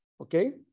Okay